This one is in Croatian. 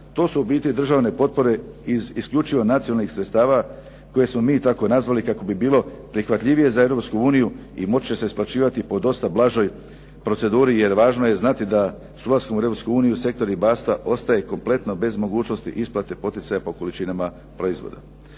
To su u biti državne potpore iz isključivo nacionalnih sredstava koje smo mi tako nazvali kako bi bilo prihvatljivije za Europsku uniju i moći će se isplaćivati po dosta blažoj proceduri. Jer važno je znati da s ulaskom u Europsku uniju sektor ribarstva ostaje kompletno bez mogućnosti isplate poticaja po količinama proizvoda.